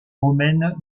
romaine